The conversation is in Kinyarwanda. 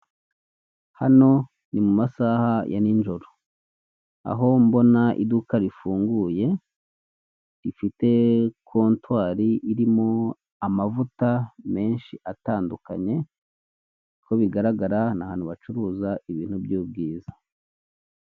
Hano ni mu masaha ya nijoro aho mbona iduka rifunguye rifite kotwari irimo amavuta menshyi atandukanye, uko bigaragara ni ahantu bacuruza ibintu by'ubwiza.